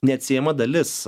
neatsiejama dalis